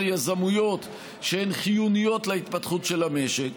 יזמויות שהן חיוניות להתפתחות של המשק.